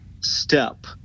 step